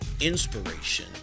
inspiration